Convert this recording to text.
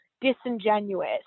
disingenuous